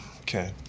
Okay